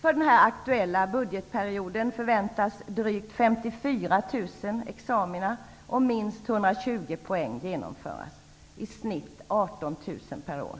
För den aktuella budgetperioden förväntas drygt 54 000 examina med minst 120 poäng genomföras, dvs. i genomsnitt 18 000 per år.